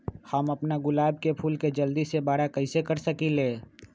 हम अपना गुलाब के फूल के जल्दी से बारा कईसे कर सकिंले?